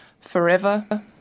forever